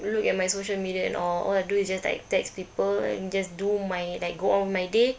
look at my social media and all all I do is just like text people and just do my like go on with my day